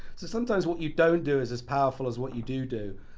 so sometimes what you don't do is as powerful as what you do do.